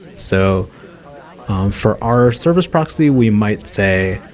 so for our service proxy, we might say